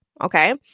Okay